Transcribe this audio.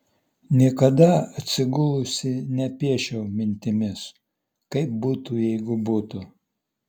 niekada atsigulusi nepiešiau mintimis kaip būtų jeigu būtų